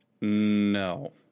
no